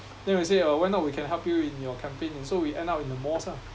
then we say uh why not we can help you in your campaign so we end up in the malls ah